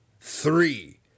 Three